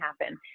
happen